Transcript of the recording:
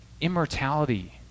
immortality